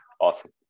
awesome